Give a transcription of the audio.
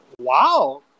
wow